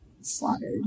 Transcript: slaughtered